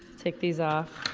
take these off.